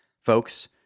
Folks